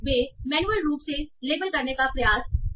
वे manual रूप से label करने का प्रयास करते हैं